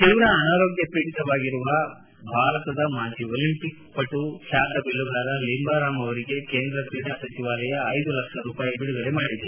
ತೀವ್ರ ಅನಾರೋಗ್ಲಪೀಡಿತರಾಗಿರುವ ಭಾರತದ ಮಾಜಿ ಒಲಿಂಪಿಕ್ ಪಟು ಖ್ಲಾತ ಬಿಲ್ಲುಗಾರ ಲಿಂಬಾರಾಮ್ ಅವರಿಗೆ ಕೇಂದ್ರ ಕ್ರೀಡಾ ಸಚಿವಾಲಯ ಐದು ಲಕ್ಷ ರೂಪಾಯಿ ಬಿಡುಗಡೆ ಮಾಡಿದೆ